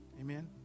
Amen